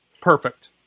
perfect